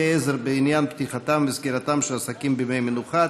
עזר בעניין פתיחתם וסגירתם של עסקים בימי מנוחה),